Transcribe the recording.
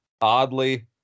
oddly